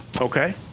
Okay